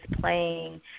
playing